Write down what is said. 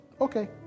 okay